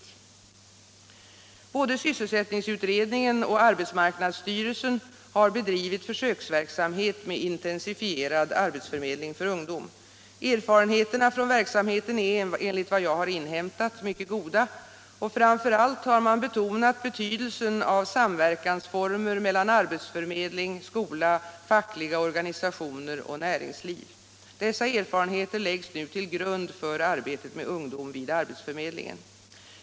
för utbildning och Både sysselsättningsutredningen och arbetsmarknadsstyrelsen har be = praktikarbete för drivit försöksverksamhet med intensifierad arbetsförmedling för ungdom. ungdom Erfarenheterna från verksamheten är, enligt vad jag har inhämtat, mycket goda, och framför allt har man betonat betydelsen av samverkansformer mellan arbetsförmedling, skola, fackliga organisationer och näringsliv. Dessa erfarenheter läggs nu till grund för arbetet med ungdom vid arbetsförmedlingen.